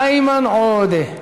איימן עודה,